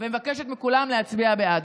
ומבקשת מכולם להצביע בעד.